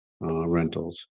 rentals